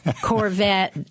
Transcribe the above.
Corvette